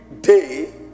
day